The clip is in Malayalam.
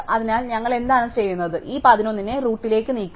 അതിനാൽ ഞങ്ങൾ എന്താണ് ചെയ്യുന്നത് ഈ 11 നെ റൂട്ടിലേക്ക് നീക്കും